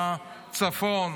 בצפון,